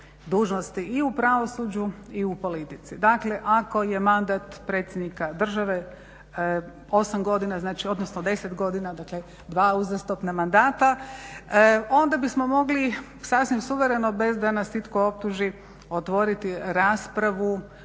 dužnosti i u pravosuđu i u politici. Dakle, ako je mandat predsjednika države 8 godina, znači odnosno 10 godina dakle 2 uzastopna mandata onda bismo mogli sasvim suvereno bez da nas itko optuži otvoriti raspravu